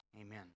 amen